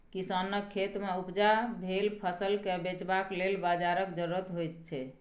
किसानक खेतमे उपजा भेल फसलकेँ बेचबाक लेल बाजारक जरुरत होइत छै